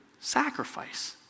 sacrifice